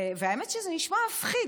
האמת היא שזה נשמע מפחיד.